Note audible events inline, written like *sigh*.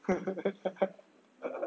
*laughs*